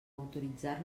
autoritzar